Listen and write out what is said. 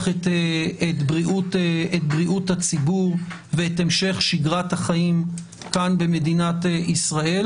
את בריאות הציבור ואת המשך שגרת החיים כאן במדינת ישראל,